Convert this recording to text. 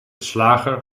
slager